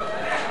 חד"ש